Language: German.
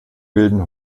bilden